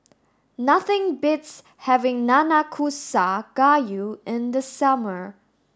nothing beats having Nanakusa gayu in the summer